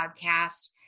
podcast